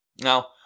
Now